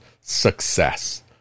success